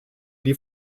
die